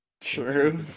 True